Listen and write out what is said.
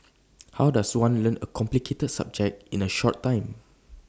how does one learn A complicated subject in A short time